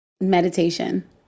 Meditation